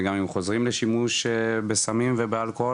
וגם אם הם חוזרים לשימוש בסמים ובאלכוהול,